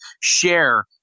share